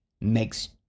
makes